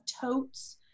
totes